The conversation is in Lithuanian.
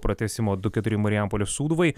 pratęsimo du keturi marijampolės sūduvai